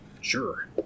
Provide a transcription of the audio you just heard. Sure